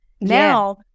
now